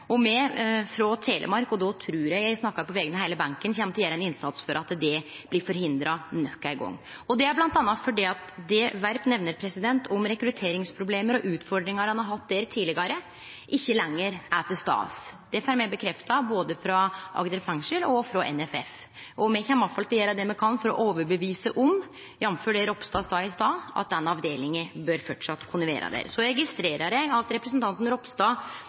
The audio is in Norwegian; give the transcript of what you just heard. Me frå Telemark – og då trur eg at eg snakkar på vegner av heile benken – kjem til å gjere ein innsats for at dette blir forhindra nok ein gong, bl.a. fordi det Werp nemner om rekrutteringsproblem og utfordringar ein har hatt der tidlegare, ikkje lenger er til stades. Det får me bekrefta, både frå Agder fengsel og frå NFF. Me kjem iallfall til å gjere det me kan for å overtyde om – jf. det Ropstad sa i stad – at denne avdelinga framleis bør kunne vere der. Så registrerer eg at representanten Ropstad